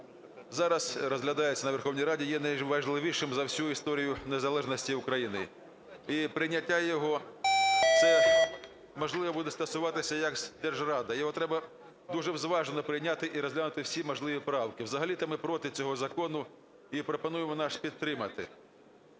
зараз розглядається на Верховній Раді, є найважливішим за всю історію незалежності України. І прийняття його це, можливо, буде стосуватися як держзрада. Його треба дуже зважено прийняти і розглянути всі можливі правки. Взагалі-то ми проти цього закону і пропонуємо нас підтримати.